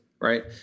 right